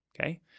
okay